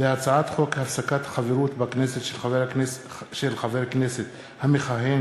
הצעת חוק הפסקת חברות בכנסת של חבר הכנסת המכהן